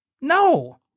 No